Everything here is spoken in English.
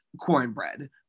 Cornbread